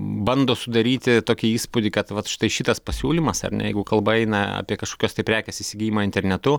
bando sudaryti tokį įspūdį kad vat štai šitas pasiūlymas ar ne jeigu kalba eina apie kažkokios tai prekės įsigijimą internetu